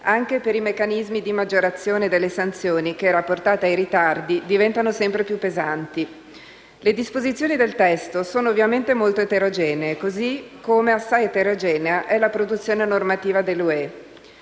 anche per i meccanismi di maggiorazione delle sanzioni che, rapportate ai ritardi, diventano sempre più pesanti. Le disposizioni del testo sono ovviamente molto eterogenee, come assai eterogenea è la produzione normativa dell'Unione